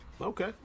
Okay